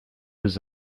his